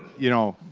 you know,